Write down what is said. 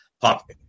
pop